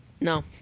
no